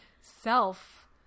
self